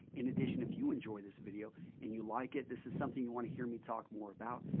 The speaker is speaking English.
in addition, if you enjoy this video and you like it, this is something you want to hear me talk more about,